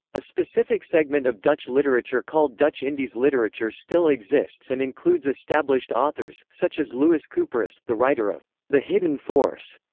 a specific segment of dutch literature called dutch indies indies literature still exists and includes established authors, such as louis couperus, the writer of the hidden force,